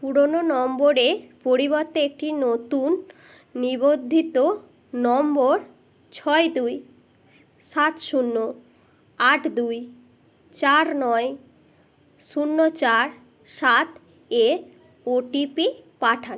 পুরোনো নম্বরের পরিবর্তে একটি নতুন নিবন্ধিত নম্বর ছয় দুই সাত শূন্য আট দুই চার নয় শূন্য চার সাত এ ও টি পি পাঠান